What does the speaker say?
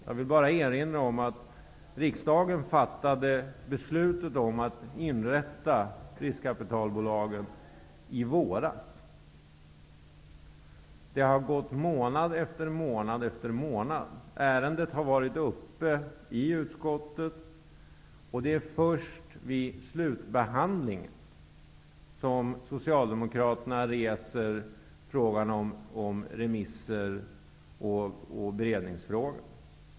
Jag vill bara erinra om att riksdagen fattade beslutet om att inrätta riskkapitalbolagen i våras. Det har gått månad efter månad sedan dess. Ärendet har varit föremål för behandling i utskottet, och det var först vid slutbehandlingen som Socialdemokraterna reste frågan om remisser och beredning.